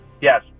Yes